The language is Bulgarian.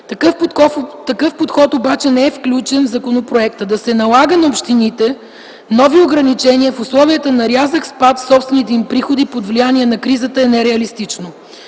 Такъв подход обаче не е включен в законопроекта. Да се налагат на общините нови ограничения в условията на рязък спад в собствените им приходи под влияние на кризата е нереалистично.